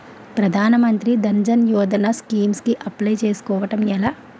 ప్రధాన మంత్రి జన్ ధన్ యోజన స్కీమ్స్ కి అప్లయ్ చేసుకోవడం ఎలా?